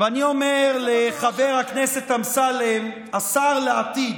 אני אומר לחבר הכנסת אמסלם, השר לעתיד,